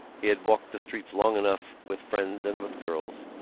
he had walked the streets long enough with friends and with girls.